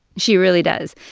she really does.